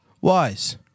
Wise